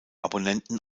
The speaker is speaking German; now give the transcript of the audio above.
abonnenten